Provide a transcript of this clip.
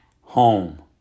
home